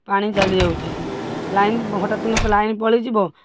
ପାଣି ଚାଲି ଯାଉଛି ଲାଇନ୍ ହଟାତ୍ କିନା ଲାଇନ୍ ପଳାଇ ଯିବ